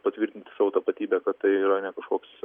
patvirtinti savo tapatybę kad tai yra ne kažkoks